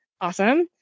awesome